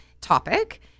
topic